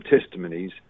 testimonies